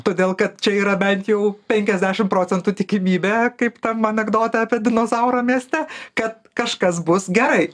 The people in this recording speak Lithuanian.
todėl kad čia yra bent jau penkiasdešim procentų tikimybė kaip tam anekdote apie dinozaurą mieste kad kažkas bus gerai